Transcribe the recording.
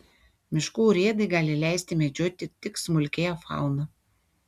miškų urėdai gali leisti medžioti tik smulkiąją fauną